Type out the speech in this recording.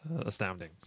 astounding